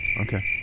Okay